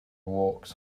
walks